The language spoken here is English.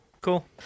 Cool